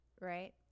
right